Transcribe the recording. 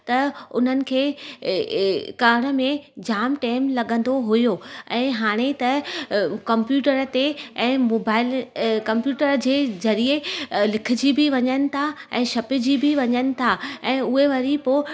त उन्हनि खे करण में जाम टेम लॻंदो हुओ ऐं हाणे त कम्पयूटर ते ऐं मोबाइल कम्पयूटर जे ज़रिए लिखजी बि वञनि था ऐं छपजी बि वञनि था ऐं उहे वरी पोइ